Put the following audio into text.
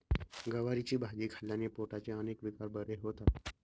गवारीची भाजी खाल्ल्याने पोटाचे अनेक विकार बरे होतात